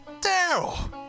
Daryl